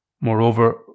Moreover